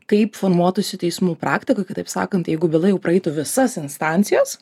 kaip formuotųsi teismų praktikoj kitaip sakant jeigu byla jau praeitų visas instancijas